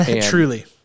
truly